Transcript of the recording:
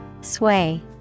Sway